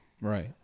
Right